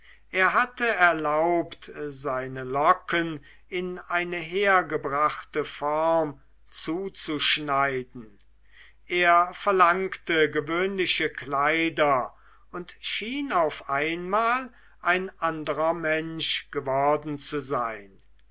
er hatte erlaubt seine locken in eine hergebrachte form zuzuschneiden er verlangte gewöhnliche kleider und schien auf einmal ein anderer mensch geworden zu sein